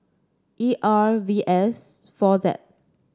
E R V S four Z